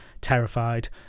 terrified